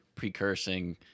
precursing